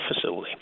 facility